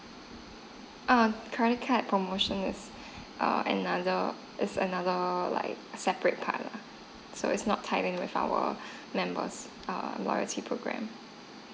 um credit card promotion is err another is another like separate card lah so it's not tied in with our members err loyalty program